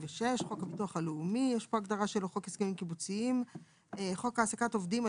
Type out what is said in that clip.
"חוק הביטוח הלאומי" חוק הביטוח הלאומי ,